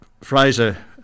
Fraser